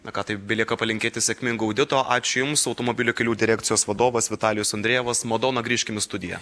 na ką tai belieka palinkėti sėkmingo audito ačiū jums automobilių kelių direkcijos vadovas vitalijus andrejevas madona grįžkim į studiją